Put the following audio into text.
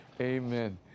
Amen